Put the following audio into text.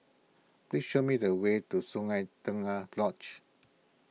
please show me the way to Sungei Tengah Lodge